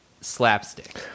slapstick